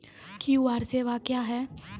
QR सेवा क्या हैं?